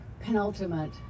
penultimate